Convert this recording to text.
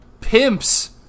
pimps